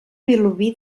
vilobí